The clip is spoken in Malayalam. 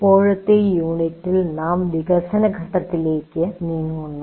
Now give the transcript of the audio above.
ഇപ്പോഴത്തെ യൂണിറ്റിൽ നാം വികസന ഘട്ടത്തിലേക്ക് നീങ്ങുന്നു